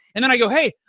and then i go, hey,